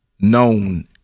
known